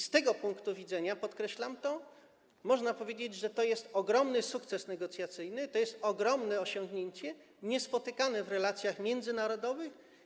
Z tego punktu widzenia, podkreślam to, można powiedzieć, że jest to ogromny sukces negocjacyjny, ogromne osiągnięcie, niespotykane w relacjach międzynarodowych.